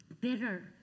bitter